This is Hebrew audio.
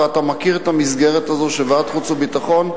ואתה מכיר את המסגרת הזאת של ועדת החוץ והביטחון,